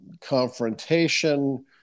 confrontation